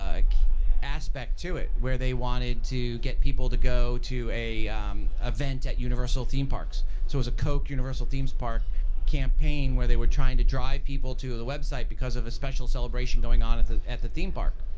like aspect to it where they wanted to get people to go to an um event at universal theme parks. it so was a coke universal themes park campaign where they were trying to drive people to the website because of a special celebration going on at the at the theme park,